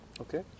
Okay